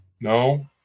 No